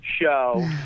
show